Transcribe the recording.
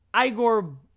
Igor